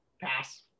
pass